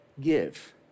give